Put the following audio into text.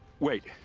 wait.